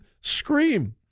scream